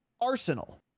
Arsenal